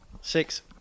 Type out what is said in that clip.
Six